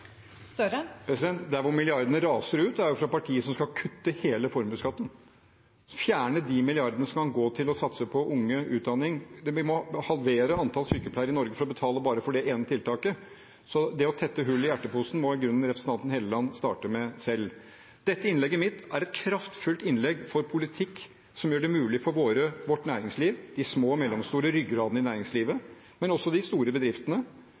Der hvor milliardene raser ut, er det fra partier som skal kutte hele formuesskatten, fjerne de milliardene som kan gå til å satse på unge i utdanning. Vi må halvere antall sykepleiere i Norge for å betale bare for det ene tiltaket. Så det å tette hull i hjerteposen må i grunnen representanten Helleland starte med selv. Innlegget mitt er et kraftfullt innlegg for politikk som gjør det mulig for vårt næringsliv – de små og mellomstore bedriftene, ryggraden i næringslivet, men også de store